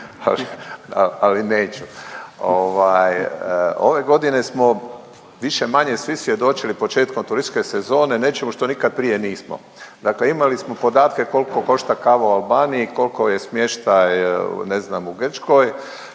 ali neću. Ovaj, ove godine smo više-manje svi svjedočili, početkom turističke sezone nečemu što nikad prije nismo. Dakle imali smo podatke koliko košta kava u Albaniji, koliko je smještaj, ne